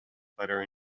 butter